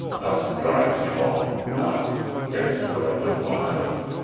lust drives him on lust, desperate and wild,